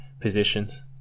positions